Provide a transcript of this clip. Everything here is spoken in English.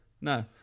No